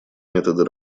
методы